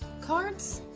cards?